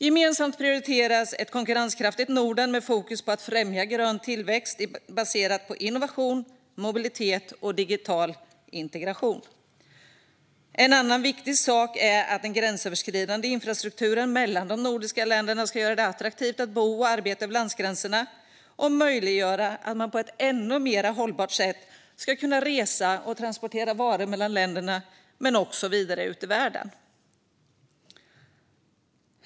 Gemensamt prioriteras ett konkurrenskraftigt Norden med fokus på att främja grön tillväxt, baserat på innovation, mobilitet och digital integration. En annan viktig sak är att den gränsöverskridande infrastrukturen mellan de nordiska länderna ska göra det attraktivt att bo och arbeta över landsgränserna och göra det möjligt att på ett ännu mer hållbart sätt resa och transportera varor mellan länderna men också vidare ut i världen.